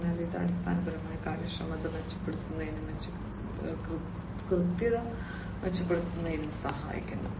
അതിനാൽ ഇത് അടിസ്ഥാനപരമായി കാര്യക്ഷമത മെച്ചപ്പെടുത്തുന്നതിനും മെച്ചപ്പെടുത്തുന്നതിനും കൃത്യത മെച്ചപ്പെടുത്തുന്നതിനും സഹായിക്കുന്നു